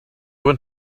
went